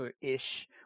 ish